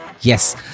yes